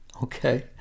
Okay